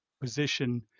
position